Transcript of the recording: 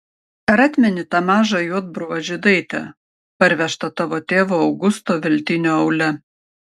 ar atmeni tą mažą juodbruvą žydaitę parvežtą tavo tėvo augusto veltinio aule